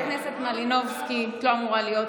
תודה רבה, חברת הכנסת מלינובסקי.